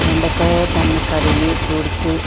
బెండకాయ దాన్ని కడిగి తూడ్చి